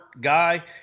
guy